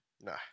Nah